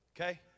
Okay